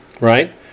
right